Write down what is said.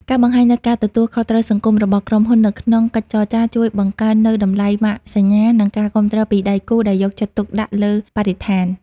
ការបង្ហាញនូវ "ការទទួលខុសត្រូវសង្គម" របស់ក្រុមហ៊ុននៅក្នុងកិច្ចចរចា ជួយបង្កើននូវតម្លៃម៉ាកសញ្ញា និងការគាំទ្រពីដៃគូដែលយកចិត្តទុកដាក់លើបរិស្ថាន។